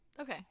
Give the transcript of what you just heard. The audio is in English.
Okay